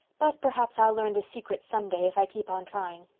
but perhaps i'll learn the secret some day if i keep on trying.